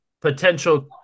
potential